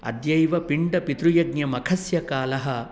अद्यैव पिण्डपितृयज्ञमखस्य कालः